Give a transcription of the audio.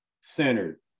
centered